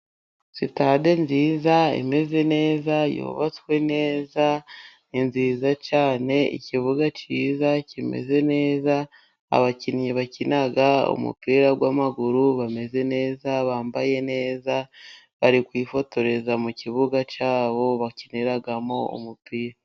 Sitade nziza imeze neza yubatswe neza, ni nziza cyane ikibuga cyiza kimeze neza, abakinnyi bakina umupira w'amaguru bameze neza, bambaye neza bari kwifotoreza mu kibuga cyabo bakiniramo umupira.